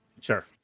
Sure